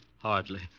Hardly